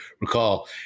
recall